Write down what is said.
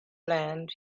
land